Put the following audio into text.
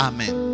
Amen